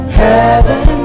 heaven